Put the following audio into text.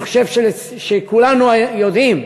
אני חושב שכולנו יודעים